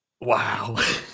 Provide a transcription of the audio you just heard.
Wow